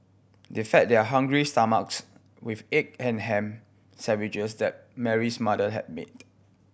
they fed their hungry stomachs with egg and ham sandwiches that Mary's mother had made